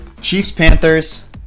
Chiefs-Panthers